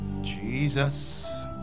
Jesus